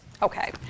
Okay